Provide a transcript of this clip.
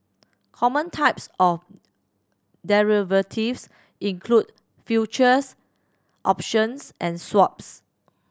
common types of derivatives include futures options and swaps